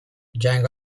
jang